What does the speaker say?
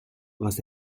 was